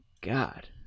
God